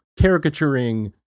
caricaturing